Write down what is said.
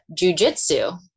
jujitsu